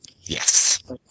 Yes